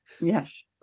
Yes